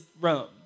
Rome